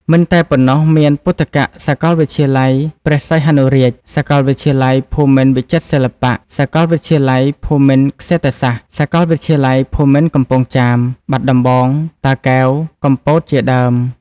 មិនតែប៉ុណ្ណោះមាន ពុទ្ធិកសាកលវិទ្យាល័យព្រះសីហនុរាជ, សាកលវិទ្យាល័យភូមិន្ទវិចិត្រសិល្បៈ, សាកលវិទ្យាល័យភូមិន្ទក្សេត្រសាស្ត្រ, សាកលវិទ្យាល័យភូមិន្ទកំពង់ចាម, បាត់ដំបង, តាកែវ-កំពត ជាដើម។